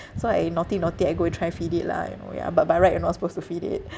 so I naughty naughty I go and try feed it lah you know ya but by right you're not supposed to feed it